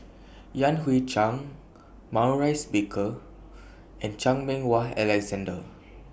Yan Hui Chang Maurice Baker and Chan Meng Wah Alexander